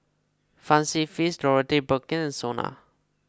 Fancy Feast Dorothy Perkins and Sona